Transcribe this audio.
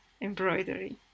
embroidery